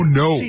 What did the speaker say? no